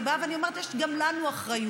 אני באה ואומרת: יש גם לנו אחריות,